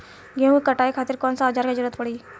गेहूं के कटाई खातिर कौन औजार के जरूरत परी?